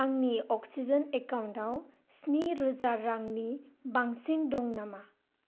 आंनि अक्सिजेन एकाउन्टाव स्नि रोजा रांनि बांसिन दं नामा